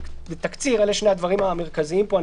בתקציר אלה שני הדברים המרכזיים פה.